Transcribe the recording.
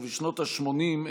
ובשנות השמונים,